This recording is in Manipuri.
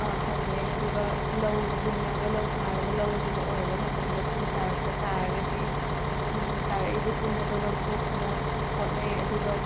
ꯍꯧꯅꯩ ꯑꯗꯨꯒ ꯂꯧ ꯂꯤꯡꯂꯕ ꯂꯧ ꯊꯥꯔꯕ ꯂꯧ ꯑꯗꯨꯅ ꯑꯣꯏꯔꯕ ꯃꯇꯝꯗ ꯇꯤꯟ ꯇꯥꯔꯛꯄ ꯇꯥꯔꯒꯗꯤ ꯇꯥꯔꯛꯏꯕ ꯇꯤꯟ ꯑꯗꯣ ꯂꯧꯊꯣꯛꯇꯨꯅ ꯍꯣꯠꯅꯩ ꯑꯗꯨꯒ